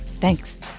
Thanks